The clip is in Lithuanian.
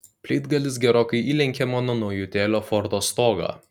plytgalis gerokai įlenkė mano naujutėlio fordo stogą